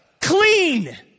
clean